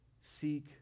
seek